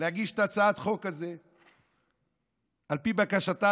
להגיש את הצעת החוק הזאת על פי בקשתה